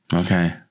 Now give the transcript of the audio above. Okay